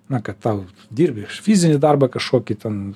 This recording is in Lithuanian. na kad tau dirbi fizinį darbą kažkokį ten